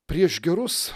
prieš gerus